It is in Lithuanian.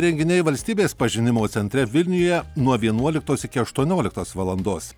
renginiai valstybės pažinimo centre vilniuje nuo vienuoliktos iki aštuonioliktos valandos